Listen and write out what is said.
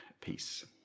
peace